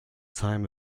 time